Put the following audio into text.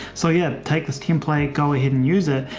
so yeah, take this to him. play. go ahead and use it.